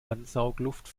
ansaugluft